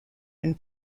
been